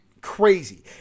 crazy